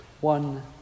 One